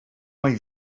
mai